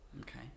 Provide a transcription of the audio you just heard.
Okay